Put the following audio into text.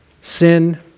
sin